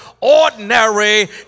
ordinary